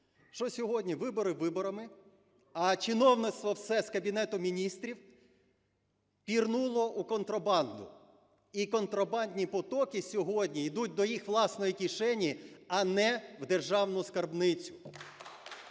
Що сьогодні вибори виборами, а чиновництво все з Кабінету Міністрів пірнуло у контрабанду. І контрабандні потоки сьогодні ідуть до їх власної кишені, а не в державну скарбницю.